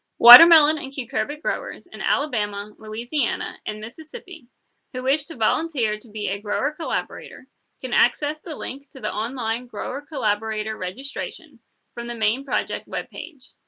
watermelon and cucurbit growers in and alabama, louisiana, and mississippi who wish to volunteer to be a grower-collaborator can access the link to the online grower-collaborator registration from the main project webpage.